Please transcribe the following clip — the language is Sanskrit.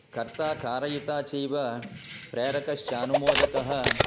कर्ता कारयिता चैव प्रेरकश्चानुमोदकः